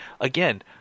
again